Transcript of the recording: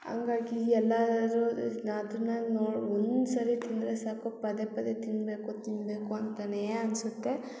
ಹಂಗಾಗಿ ಎಲ್ಲಾರು ನಾ ಅದನ್ನ ನೋ ಒಂದು ಸರ್ತಿ ತಿಂದರೆ ಸಾಕು ಪದೇ ಪದೇ ತಿನ್ನಬೇಕು ತಿನ್ನಬೇಕು ಅಂತನೇ ಅನ್ಸುತ್ತೆ